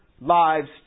lives